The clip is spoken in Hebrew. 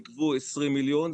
נגבו 20 מיליון.